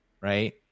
right